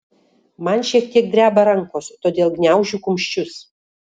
man šiek tiek dreba rankos todėl gniaužiu kumščius